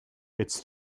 it’s